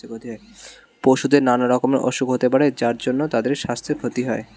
পশুদের নানা রকমের অসুখ হতে পারে যার জন্যে তাদের সাস্থের ক্ষতি হয়